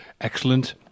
excellent